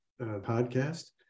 podcast